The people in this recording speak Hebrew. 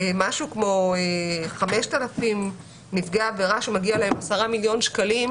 משהו כמו 5,000 נפגעי עבירה שמגיעים להם 10 מיליון שקל,